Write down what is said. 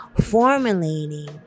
formulating